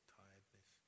tiredness